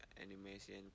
animation